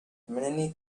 many